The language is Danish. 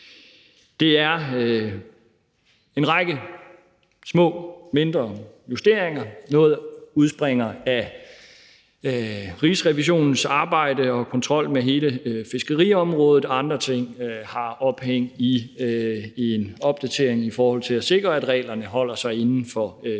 Det er en række mindre justeringer – noget udspringer af Rigsrevisionens arbejde og kontrol med hele fiskeriområdet, og andre ting har ophæng i en opdatering i forhold til at sikre, at reglerne holder sig inden for EU-retten,